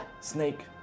Snake